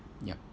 yup